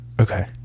Okay